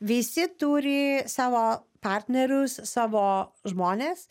visi turi savo partnerius savo žmones